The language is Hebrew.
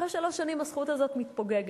אחרי שלוש שנים הזכות הזאת מתפוגגת.